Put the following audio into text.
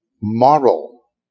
moral